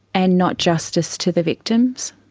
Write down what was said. and not justice to the victims.